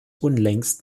unlängst